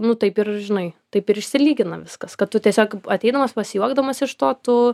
nu taip ir žinai taip išsilygina viskas kad tu tiesiog ateidamas pasijuokdamas iš to tu